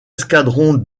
escadrons